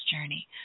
journey